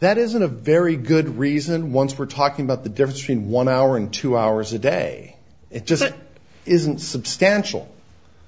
that isn't a very good reason once we're talking about the difference between one hour and two hours a day it just isn't substantial